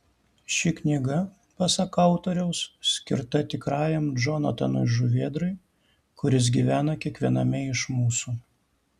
ši knyga pasak autoriaus skirta tikrajam džonatanui žuvėdrai kuris gyvena kiekviename iš mūsų